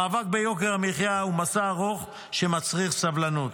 המאבק ביוקר המחיה הוא מסע ארוך שמצריך סבלנות.